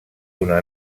una